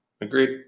Agreed